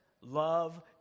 love